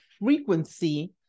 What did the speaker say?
frequency